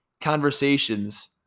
conversations